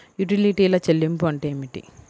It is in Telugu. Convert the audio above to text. యుటిలిటీల చెల్లింపు అంటే ఏమిటి?